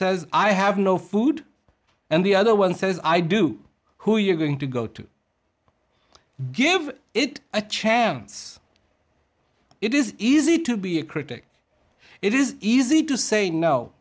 says i have no food and the other one says i do who you're going to go to give it a chance it is easy to be a critic it is easy to say no